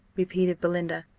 repeated belinda,